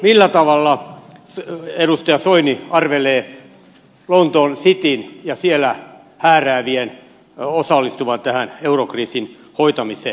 millä tavalla edustaja soini arvelee lontoon cityn ja siellä hääräävien osallistuvan tähän eurokriisin hoitamiseen